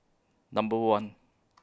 Number one